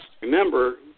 Remember